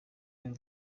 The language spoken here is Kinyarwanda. rero